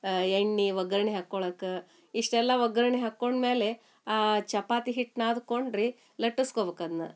ಎಣ್ಣೆ ಒಗ್ಗರ್ಣಿ ಹಾಕ್ಕೊಳಕ್ಕೆ ಇಷ್ಟೆಲ್ಲ ಒಗ್ಗರ್ಣೆ ಹಾಕ್ಕೊಂಡ ಮೇಲೆ ಆ ಚಪಾತಿ ಹಿಟ್ಟು ನಾದ್ಕೊಂಡಿರಿ ಲಟ್ಟಿಸ್ಕೋಬೇಕ್ ಅದನ್ನ